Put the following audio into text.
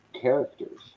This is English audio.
characters